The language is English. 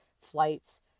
flights